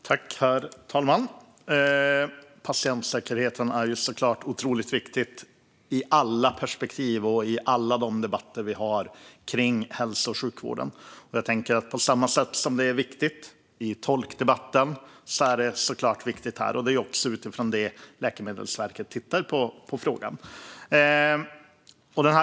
Herr talman! Patientsäkerheten är självklart otroligt viktig i alla perspektiv och i alla debatter vi har om hälso och sjukvården. På samma sätt som det var viktigt i tolkdebatten är det också viktigt här. Det är också utifrån detta som Läkemedelsverket tittar på frågan.